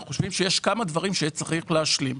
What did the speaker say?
אנחנו חושבים שיש כמה דברים שצריכים להשלים.